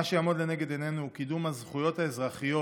שיעמוד לנגד עינינו הוא קידום הזכויות האזרחיות